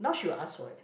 now she will ask for it